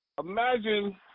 Imagine